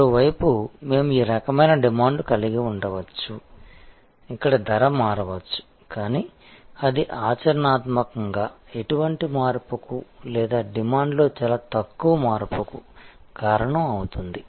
మరోవైపు మేము ఈ రకమైన డిమాండ్ను కలిగి ఉండవచ్చు ఇక్కడ ధర మారవచ్చు కానీ అది ఆచరణాత్మకంగా ఎటువంటి మార్పుకు లేదా డిమాండ్లో చాలా తక్కువ మార్పుకు కారణం అవుతుంది